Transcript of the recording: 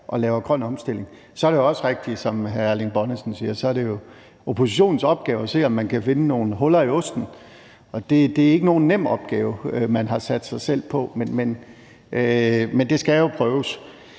og laver grøn omstilling. Så er det også rigtigt, som hr. Erling Bonnesen siger, at det jo er oppositionens opgave at se, om man kan finde nogle huller i osten. Det er ikke nogen nem opgave, man har sat sig selv på, men det skal jo prøves.